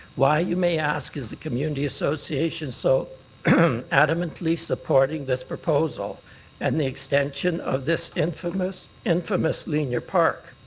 why you may ask is the community association so adamantly supporting this proposal and the extension of this infamous infamous linear park?